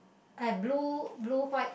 I have blue blue white